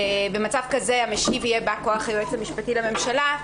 במצב כזה המשיב יהיה בא כוח היועץ המשפטי לממשלה,